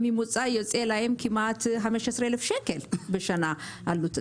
בממוצע יוצא להם כמעט 15,000 שקלים בשנה עלות.